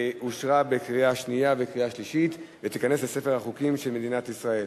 אושר בקריאה שנייה ובקריאה שלישית וייכנס לספר החוקים של מדינת ישראל.